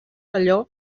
allò